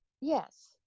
Yes